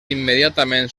immediatament